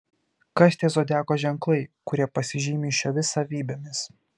kas tie zodiako ženklai kurie pasižymi šiomis savybėmis